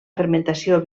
fermentació